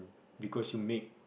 because you make